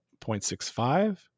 0.65